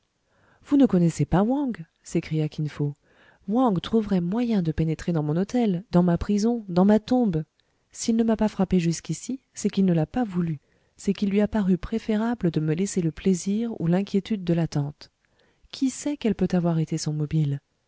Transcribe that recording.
vous ne connaissez pas wang s'écria kin fo wang trouverait moyen de pénétrer dans mon hôtel dans ma prison dans ma tombe s'il ne m'a pas frappé jusqu'ici c'est qu'il ne l'a pas voulu c'est qu'il lui a paru préférable de me laisser le plaisir ou l'inquiétude de l'attente qui sait quel peut avoir été son mobile